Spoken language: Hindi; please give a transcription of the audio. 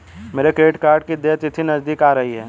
मेरे क्रेडिट कार्ड की देय तिथि नज़दीक आ रही है